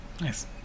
Nice